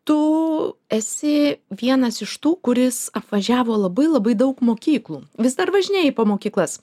tu esi vienas iš tų kuris apvažiavo labai labai daug mokyklų vis dar važinėji po mokyklas